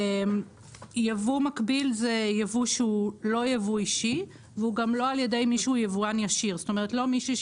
ייבוא מקביל זה ייבוא שהוא לא ייבוא אישי וגם לא ייבוא על